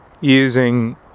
using